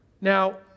Now